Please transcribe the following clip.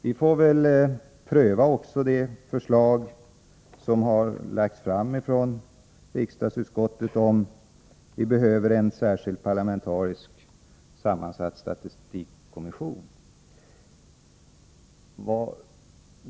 Vi får väl också pröva det förslag som har lagts fram av riksdagsutskottet, om vi behöver en särskild, parlamentariskt sammansatt statistikkommission.